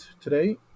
today